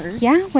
yeah.